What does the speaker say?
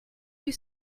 you